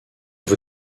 vous